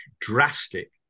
drastic